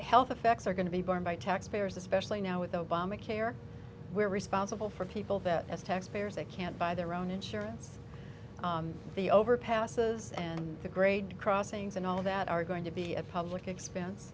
health effects are going to be borne by taxpayers especially now with obamacare we're responsible for people that as taxpayers they can't buy their own insurance the overpasses and the grade crossings and all of that are going to be at public expense